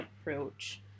approach